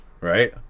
Right